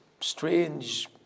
strange